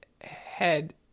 head